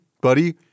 Buddy